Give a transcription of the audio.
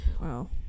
Wow